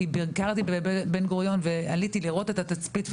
כי ביקרתי בבן-גוריון ועליתי לראות את התצפית.